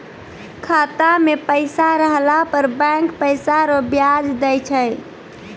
खाता मे पैसा रहला पर बैंक पैसा रो ब्याज दैय छै